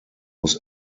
muss